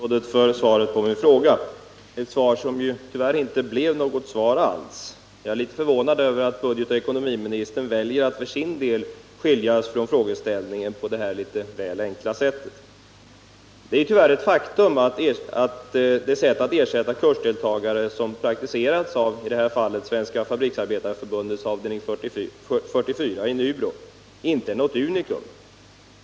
Herr talman! Jag ber att få tacka statsrådet för svaret på min fråga — ett svar som ju tyvärr inte blev något svar alls. Jag är litet förvånad över att budgetoch ekonomiministern väljer att för sin del skiljas från frågeställningen på detta väl enkla sätt. 4 Det är tyvärr ett faktum att det sätt att ersätta kursdeltagare som har praktiserats i detta fall av Svenska fabriksarbetareförbundets avdelning 44 i Nybro inte är något unikum.